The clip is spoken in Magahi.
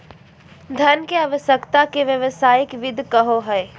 धन के आवश्यकता के व्यावसायिक वित्त कहो हइ